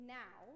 now